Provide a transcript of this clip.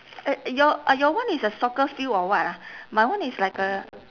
uh your uh your one is a soccer field or what ah my one is like a